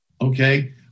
okay